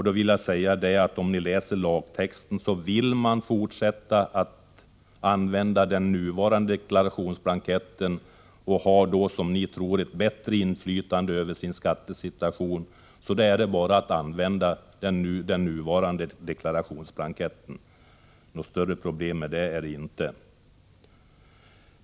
Då vill jag framhålla, att om ni läser lagtexten finner ni, att vill någon fortsätta att använda den nuvarande deklarationsblanketten, för att då, som ni tror, ha ett bättre inflytande över sin skattesituation, är det bara att begagna denna deklarationsblankett. Något större problem är det inte med detta.